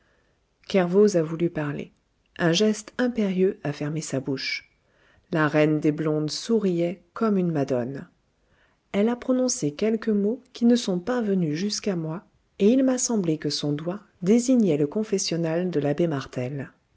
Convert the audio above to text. a voulu parler un geste impérieux a fermé sa bouche la reine des blondes souriait comme une madone elle a prononcé quelques mots qui ne sont pas venus jusqu'à moi et il m'a semblé que son doigt désignait le confessionnal de l'abbé martel